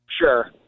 Sure